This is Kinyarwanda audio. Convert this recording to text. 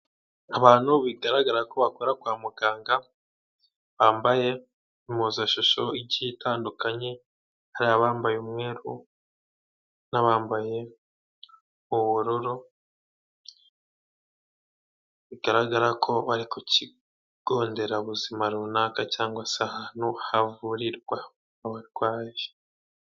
Abantu bigaragara ko bakora kwa muganga bambaye impuzashushoigiye itandukanye hari abambaye umwe n'abambaye ubururu bigaragara ko bari ku kigo nderabuzima runaka cyangwa se ahantu havurirwa abarwayi.